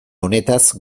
honetaz